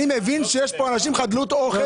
אני מבין שיש לאנשים חדלות אוכל.